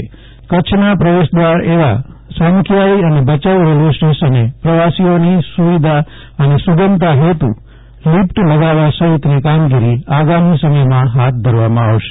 Jaydip Vaishnav railway સુવિધા કચ્છના પ્રવેશદ્વાર એવા સામખિયાળી અને ભયાઉ રેલવે સ્ટેશને પ્રવાસીઓની સુવિધા અને સુગમતા હેતુ લિફટ લગાવવા સહિતની કામગીરી આગામી સમયમાં હાથ ધરવામાં આવશે